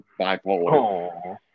bipolar